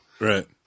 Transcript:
Right